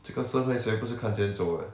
这个社会谁不是看钱走的